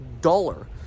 dollar